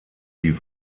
die